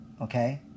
okay